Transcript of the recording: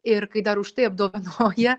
ir kai dar už tai apdovanoja